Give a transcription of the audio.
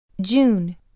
June